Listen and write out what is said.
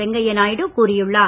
வெங்கையா நாயுடு கூறியுள்ளார்